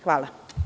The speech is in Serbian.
Hvala.